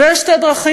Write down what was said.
ויש שתי דרכים,